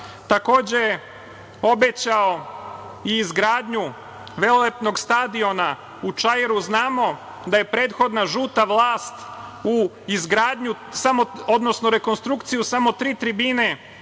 dela. Takođe, obećao je i izgradnju velelepnog stadiona u „Čairu“. Znamo da je prethodna žuta vlast u izgradnju, odnosno rekonstrukciju samo tri tribine